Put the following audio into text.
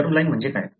germ line म्हणजे काय